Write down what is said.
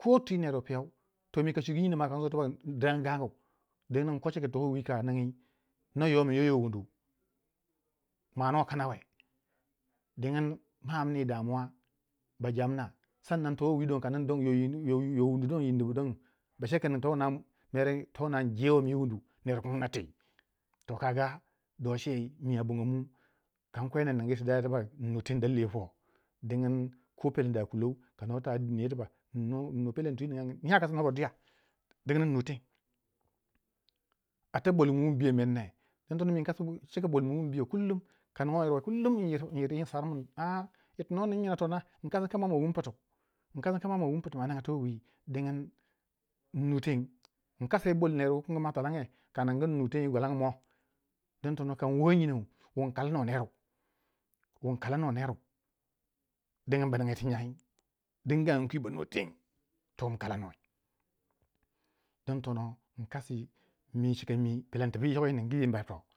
ko twi ner wu piyau toh mi ka chwigu nyine ma kansu dirangin gangu dingin inko cika tiwi ka ningi na yomin yo yo wundu mwano kanawe dingin ma amni yi damuwa bajamna, sannan towi dong ka ningi don yo wundu don yin nubu dong ba cekin to wuna mere injewei mi wunu ner wukin batii to kaga do chei mi a bogonmu kankwe ner a ningu ti dayai tibak dalili yo, dingin ko peleni a kulou kano ta dini yei tibak innu pelendi twi nya kasi noba dwiya inyanu teng a ta bolmi wun biyo ne dintono mi inkasgu cika bolmi wun bi yo kullum kan ningo yir wei sekin yir tu no ning yita no inkas moma ma wun ptu ma ninga towi dingin innu teng inkasa yi bol ner wu kangi ma a twalange kaningu in nu teng gwalanga mo din tono kanwo yi nyinou wun kalano nerou dingin ba ninga yir ti nyai din gangu kwi banuwa teng toh in kalanoi dun tono inkasi mi cika mi peleni tɪ ʙɪʏᴏ ʏɪ ɴɪɴɢᴜ ʏɪ ᴍʙᴀ